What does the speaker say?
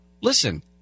Listen